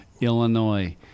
Illinois